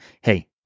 hey